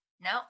No